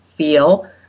feel